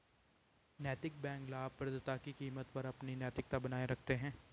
नैतिक बैंक लाभप्रदता की कीमत पर अपनी नैतिकता बनाए रखते हैं